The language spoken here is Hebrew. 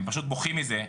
הם פשוט בוכים מזה,